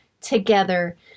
together